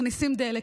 מכניסים דלק,